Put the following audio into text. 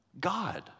God